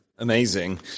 amazing